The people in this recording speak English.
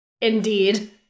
Indeed